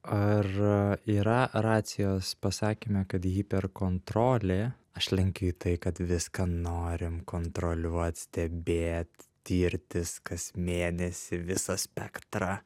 ar yra racijos pasakyme kad hiperkontrolė aš lenkiu į tai kad viską norim kontroliuot stebėt tirtis kas mėnesį visą spektrą